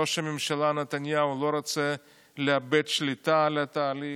ראש הממשלה נתניהו לא רוצה לאבד שליטה על התהליך,